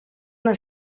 una